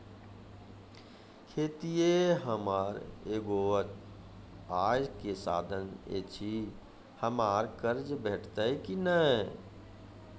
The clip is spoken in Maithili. खेतीये हमर एगो आय के साधन ऐछि, हमरा कर्ज भेटतै कि नै?